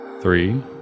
three